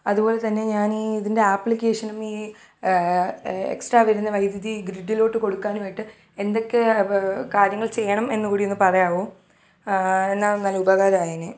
അതുപോലെ തന്നെ ഞാൻ ഈ ഇതിൻ്റെ ആപ്ലിക്കേഷനും ഈ എക്സ്ട്രാ വരുന്ന വൈദ്യുതി ഈ ഗ്രിഡിലോട്ട് കൊടുക്കാനുമായിട്ട് എന്തൊക്കെ കാര്യങ്ങൾ ചെയ്യണം എന്ന് കൂടി ഒന്ന് പറയാമോ എന്നാൽ നല്ല ഉപകാരം ആയേനെ